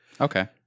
Okay